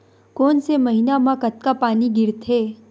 कोन से महीना म कतका पानी गिरथे?